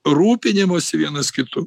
rūpinimosi vienas kitu